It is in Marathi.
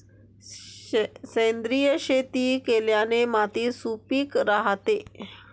सेंद्रिय शेती केल्याने माती सुपीक राहते